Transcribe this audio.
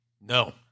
No